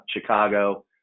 Chicago